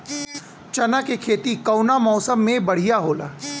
चना के खेती कउना मौसम मे बढ़ियां होला?